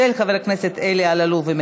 התשע"ח 2018, של חברת הכנסת מיכל רוזין.